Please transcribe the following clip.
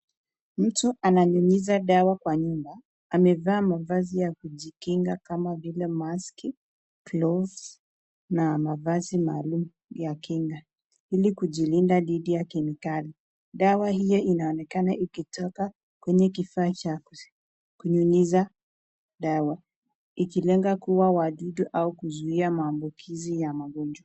Mtu ananyunyiza dawa kwa nyumba. Amevaa mavazi ya kujikinga kama vile [cs[ maski , gloves na mavazi maalumu ya kinga ili kujilinda dhidi ya kemikali. Dawa hiyo inaonekana ikitoka kwenye kifaa cha kunyunyiza dawa ikilenga kuua wadudu au kuzuia maambukizi ya magonjwa.